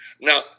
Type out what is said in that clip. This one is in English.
Now